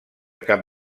cap